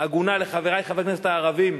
הגונה לחברי חברי הכנסת הערבים,